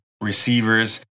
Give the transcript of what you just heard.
receivers